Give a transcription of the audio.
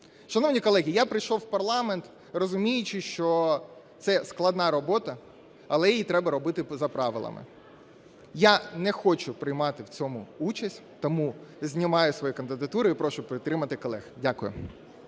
Шановні колеги, я прийшов у парламент, розуміючи, що це складна робота, але її треба робити за правилами. Я не хочу приймати в цьому участь, тому знімаю свою кандидатуру і прошу підтримати колег. Дякую.